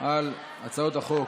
על הצעות החוק.